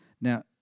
Now